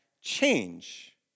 change